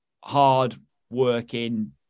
hard-working